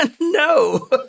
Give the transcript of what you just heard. no